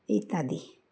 ইত্যাদি